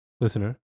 listener